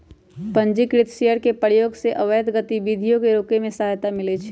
पंजीकृत शेयर के प्रयोग से अवैध गतिविधियों के रोके में सहायता मिलइ छै